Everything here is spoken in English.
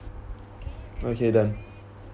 okay done